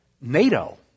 NATO